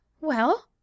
Well